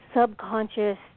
subconscious